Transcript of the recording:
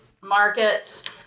markets